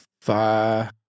five